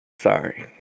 Sorry